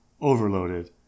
overloaded